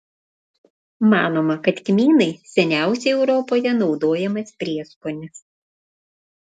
manoma kad kmynai seniausiai europoje naudojamas prieskonis